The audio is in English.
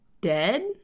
dead